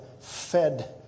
fed